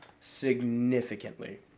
significantly